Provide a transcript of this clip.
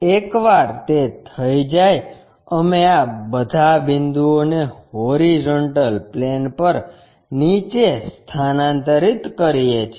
એકવાર તે થઈ જાય અમે આ બધા બિંદુઓ ને હોરીઝોન્ટલ પ્લેન પર નીચે સ્થાનાંતરિત કરીએ છીએ